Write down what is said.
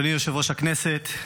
אדוני יושב-ראש הכנסת,